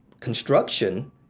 construction